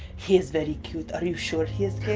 he's very cute, are you sure he is gay?